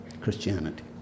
Christianity